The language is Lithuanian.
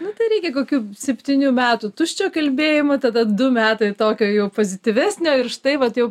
nu tai reikia kokių septynių metų tuščio kalbėjimo tada du metai tokio jau pozityvesnio ir štai vat jau